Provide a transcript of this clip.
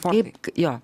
kaip jo